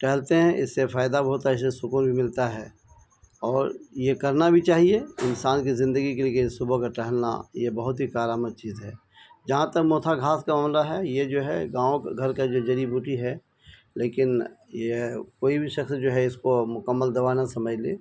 ٹہلتے ہیں اس سے فائدہ بھی ہو ہوتا ہے اس سے سکون بھی ملتا ہے اور یہ کرنا بھی چاہیے انسان کی زندگی کے لیے دیھئے صبح کا ٹہلنا یہ بہت ہی کارآمد چیز ہے جہاں تک موتھا گھانس کا معاملہ ہے یہ جو ہے گاؤں گھر کا جو جڑی بوٹی ہے لیکن یہ کوئی بھی شخص جو ہے اس کو مکمل دوا نہ سمجھ لے